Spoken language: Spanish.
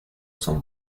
son